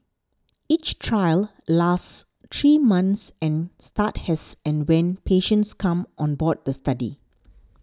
each trial lasts three months and start as and when patients come on board the study